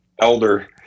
elder